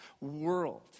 world